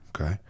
Okay